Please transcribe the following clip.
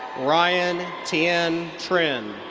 ryan tien trinh.